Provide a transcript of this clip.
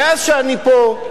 מאז אני פה,